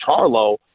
Charlo